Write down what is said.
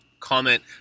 comment